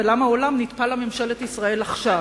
ולמה העולם נטפל לממשלת ישראל עכשיו.